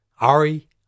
Ari